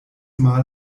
mal